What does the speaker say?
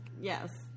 Yes